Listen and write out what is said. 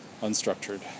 unstructured